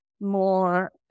more